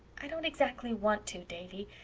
i don't exactly want to, davy,